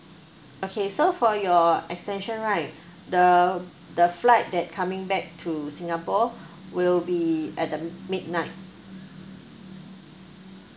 okay so for your extension right the the flight that coming back to singapore will be at the midnight